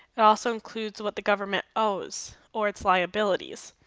it also includes what the government owes or its liabilities.